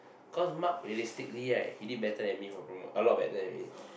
cause Mark realistically right he did better than me for promo a lot better than me